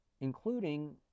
including